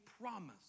promise